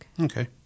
Okay